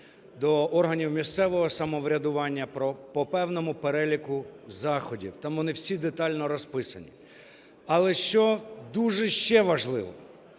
до органів місцевого самоврядування по певному переліку заходів, там вони всі детально розписані. Але що дуже ще важливо?